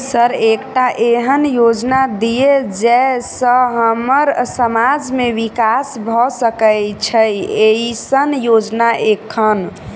Sir एकटा एहन योजना दिय जै सऽ हम्मर समाज मे विकास भऽ सकै छैय एईसन योजना एखन?